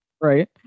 right